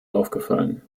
aufgefallen